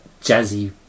jazzy